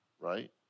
right